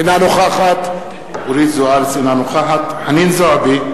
אינה נוכחת חנין זועבי,